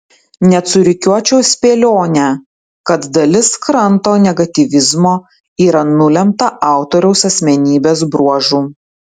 net surikiuočiau spėlionę kad dalis kranto negatyvizmo yra nulemta autoriaus asmenybės bruožų